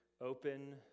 open